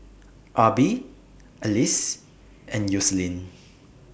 Arbie Alyse and Yoselin